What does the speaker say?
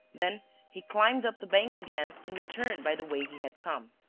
then he climbed up the bank again and returned by the way he had come.